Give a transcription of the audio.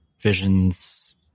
visions